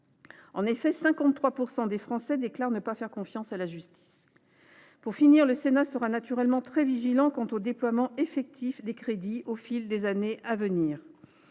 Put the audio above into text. en effet, 53 % des Français déclarent ne pas faire confiance à la justice. Pour finir, le Sénat sera naturellement très vigilant quant au déploiement effectif des crédits au fil des années à venir.